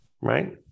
right